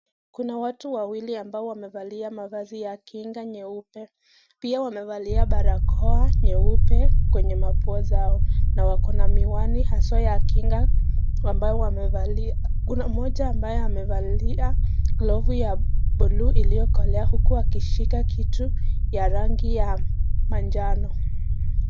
Kuna watu wawili ambao wamevalia mavazi ya kinga nyeupe. Pia wamevalia barakoa nyeupe kwenye mapua zao na wako na miwani haswa ya kinga ambayo amevalia. Kuna mmoja ambaye amevalia glovu ya buluu iliyokolea huku akishika kitu ya rangi ya manjano.